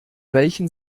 welchen